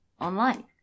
online